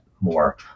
more